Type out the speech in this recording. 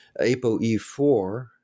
APOE4